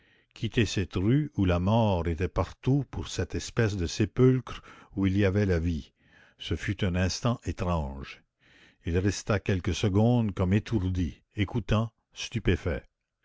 quitter cette rue où la mort était partout pour cette espèce de sépulcre où il y avait la vie ce fut un instant étrange il resta quelques secondes comme étourdi écoutant stupéfait